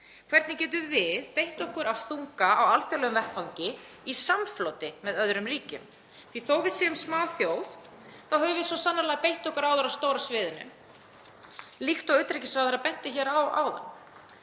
Hvernig getum við beitt okkur af þunga á alþjóðlegum vettvangi í samfloti með öðrum ríkjum? Því að þótt við séum smáþjóð þá höfum við svo sannarlega beitt okkur áður á stóra sviðinu, líkt og utanríkisráðherra benti hér á áðan.